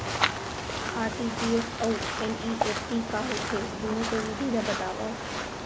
RTGS अऊ NEFT का होथे, दुनो के विधि ला बतावव